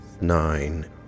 nine